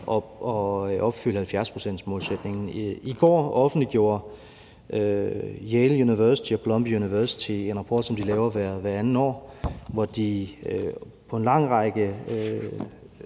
at opfylde 70-procentsmålsætningen. I går offentliggjorde Yale University og Columbia University en rapport, som de laver hvert andet år, hvor de på en lang række